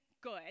good